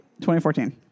2014